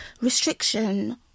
restriction